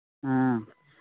ꯑꯥ